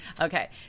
Okay